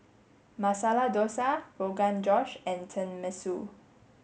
Masala Dosa Rogan Josh and Tenmusu